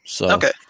Okay